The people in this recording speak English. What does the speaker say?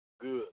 Good